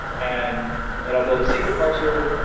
and then i'll build a sql parser.